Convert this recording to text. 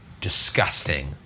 disgusting